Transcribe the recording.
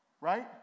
right